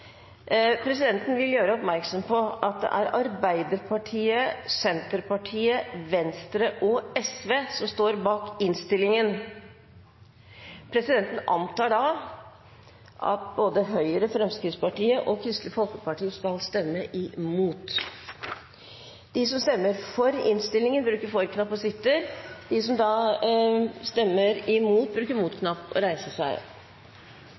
Presidenten vil gjøre oppmerksom på at det er Arbeiderpartiet, Senterpartiet, Venstre og Sosialistisk Venstreparti som står bak innstillingen. Presidenten antar da at Høyre, Fremskrittspartiet og Kristelig Folkeparti skal stemme imot. Under debatten er det satt fram i alt tre forslag. Det er forslag nr. 1, fra Christian Tynning Bjørnø på vegne av Arbeiderpartiet og